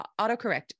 autocorrect